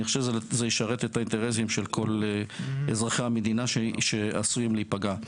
אני חושב שזה ישרת את האינטרסים של כל אזרחי המדינה שעשויים להיפגע.